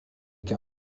qu’à